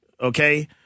Okay